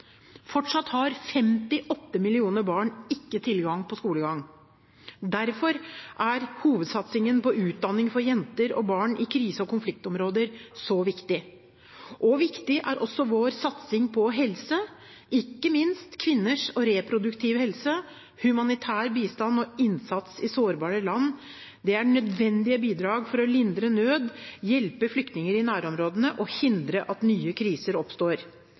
Fortsatt har 58 millioner barn ikke tilgang på skolegang. Derfor er hovedsatsingen på utdanning for jenter og barn i krise og konfliktområder så viktig. Viktig er også vår satsing på helse, ikke minst kvinners helse og reproduktiv helse. Humanitær bistand og innsats i sårbare land er nødvendige bidrag for å lindre nød, hjelpe flyktninger i nærområdene og hindre at nye kriser oppstår.